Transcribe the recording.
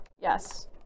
Yes